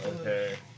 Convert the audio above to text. Okay